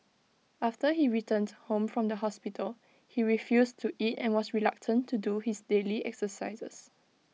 after he returned home from the hospital he refused to eat and was reluctant to do his daily exercises